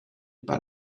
par